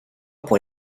pour